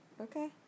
Okay